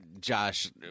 Josh